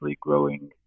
growing